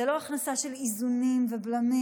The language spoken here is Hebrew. זו לא הכנסה של איזונים ובלמים.